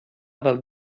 del